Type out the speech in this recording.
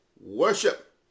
worship